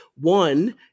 One